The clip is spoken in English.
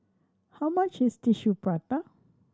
how much is Tissue Prata